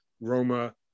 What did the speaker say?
Roma